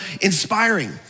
inspiring